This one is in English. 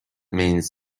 means